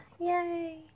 yay